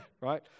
right